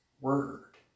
word